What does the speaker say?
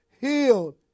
healed